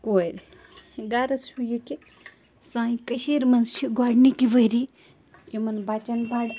کورِ غرض چھُ یہِ کہِ سانہِ کٔشیٖرِ منٛز چھِ گۄڈٕنِکۍ ؤری یِمَن بَچَن بَڑٕ